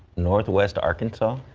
northwest arkansas.